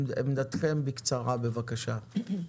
עמדתכם, בקצרה בבקשה.